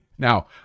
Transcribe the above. Now